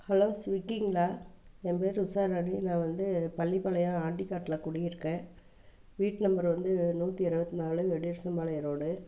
hello ஸ்விக்கிங்களா என் பேர் உஷாராணி நான் வந்து பள்ளிப்பாளையம் ஆண்டிக்காட்டில் குடியிருக்கேன் வீட்டு நம்பர் வந்து நூற்றி இருபத்தி நாலு பாளையம் ரோடு